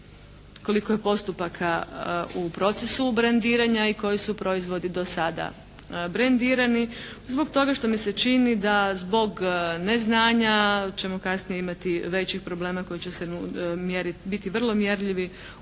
koliko je postupaka u procesu brendiranja i koji su proizvodi do sada brendirani? Zbog toga što mi se čini da zbog neznanja ćemo kasnije imati većih problema koji će biti vrlo mjerljivi u